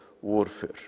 warfare